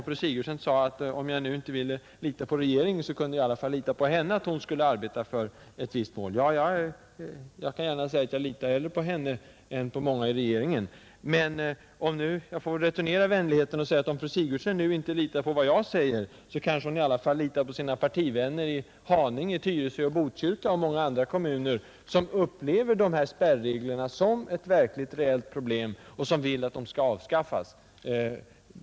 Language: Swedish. Fru Sigurdsen sade att om jag nu inte ville lita på regeringen så kunde jag i alla fall lita på att hon skulle arbeta för allmän förskola. Ja, jag skall gärna medge, att jag hellre litar på henne än på många i regeringen. Men jag får kanske returnera vänligheten och säga att om fru Sigurdsen nu inte litar på vad jag säger, så borde hon i alla fall kunna lita på sina partivänner i Haninge, Tyresö, Botkyrka och många andra kommuner, som upplever dessa spärregler som ett reellt problem och som vill att de skall avskaffas.